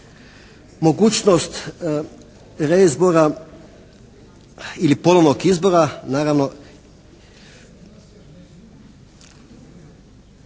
mogućnost reizbora ili ponovnog izbora naravno